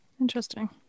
Interesting